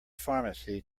pharmacy